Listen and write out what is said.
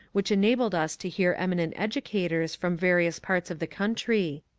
which enabled us to hear eminent educators from various parts of the country.